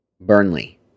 Burnley